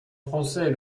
français